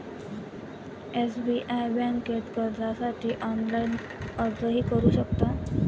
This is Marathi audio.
एस.बी.आय बँकेत कर्जासाठी ऑनलाइन अर्जही करू शकता